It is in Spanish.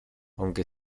aunque